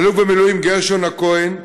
אלוף במילואים גרשון הכהן,